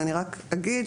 ואני רק אגיד,